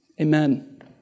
Amen